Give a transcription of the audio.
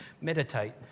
meditate